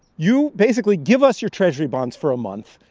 you basically give us your treasury bonds for a month.